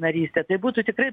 narystę tai būtų tikrai